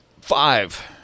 five